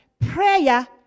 prayer